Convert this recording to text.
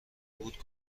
بود